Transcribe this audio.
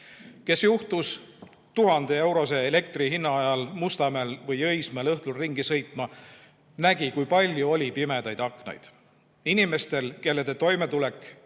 Kes juhtus 1000-eurose elektrihinna ajal Mustamäel või Õismäele õhtul ringi sõitma, nägi, kui palju oli pimedaid aknaid. Inimesed, kelle toimetulek